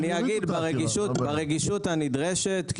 אני אגיד ברגישות הנדרשת,